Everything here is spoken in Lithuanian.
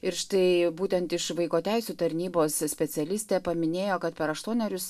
ir štai būtent iš vaiko teisių tarnybos specialistė paminėjo kad per aštuonerius